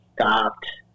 stopped